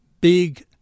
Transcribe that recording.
big